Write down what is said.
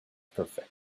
perfect